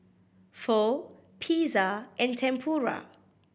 Pho Pizza and Tempura